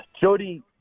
Jody